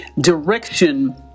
direction